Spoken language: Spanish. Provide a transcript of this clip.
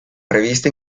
revista